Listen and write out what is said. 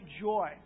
joy